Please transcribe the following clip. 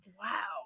Wow